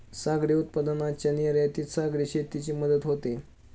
सागरी उत्पादनांच्या निर्यातीत सागरी शेतीची मदत होते